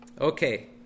Okay